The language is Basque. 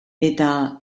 eta